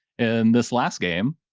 and this last game.